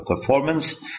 performance